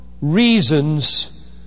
reasons